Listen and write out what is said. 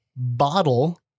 Bottle